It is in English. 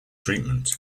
treatment